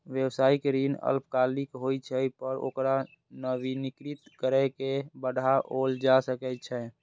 व्यावसायिक ऋण अल्पकालिक होइ छै, पर ओकरा नवीनीकृत कैर के बढ़ाओल जा सकै छै